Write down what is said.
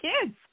kids